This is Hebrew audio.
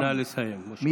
נא לסיים, משה.